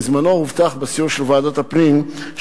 בזמנו הובטח בסיור של ועדת הפנים,